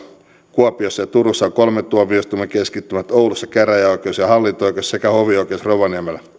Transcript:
kuopiossa ja turussa on kolmen tuomioistuimen keskittymät oulussa käräjäoikeus ja hallinto oikeus sekä rovaniemellä hovioikeus